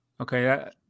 okay